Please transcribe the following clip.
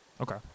Okay